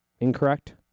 incorrect